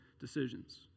decisions